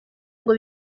ngo